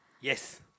Yes